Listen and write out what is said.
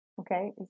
okay